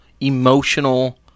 emotional